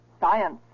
science